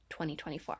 2024